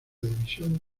división